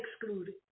excluded